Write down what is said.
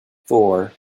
four